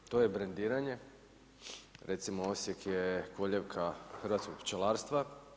To je brendiranje, recimo Osijek je koljevka hrvatskog pčelarstva.